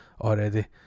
already